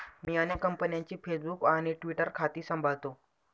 मी अनेक कंपन्यांची फेसबुक आणि ट्विटर खाती सांभाळतो